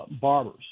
barbers